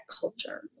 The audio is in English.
culture